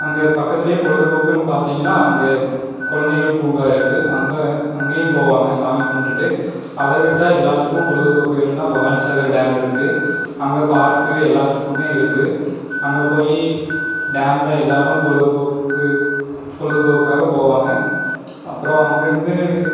அங்கே பக்கத்திலே பொழுதுபோக்குன்னு பார்த்தீங்கன்னா அங்கே குழந்தைகள் பூங்கா இருக்குது அங்கே அங்கேயும் போவாங்கள் சாமி கும்பிட்டுட்டு அதை விட்டால் எல்லார்த்துக்கும் பொழுதுபோக்கு வேணும்னா பவானிசாகர் டேம் இருக்குது அங்கே பார்க்கு எல்லாத்துக்குமே இருக்குது அங்கே போய் டேம்ல எல்லாரும் பொழுதுபோக்கு பொழுது போக்குக்காக போவாங்கள் அப்புறோம் அங்கேருந்து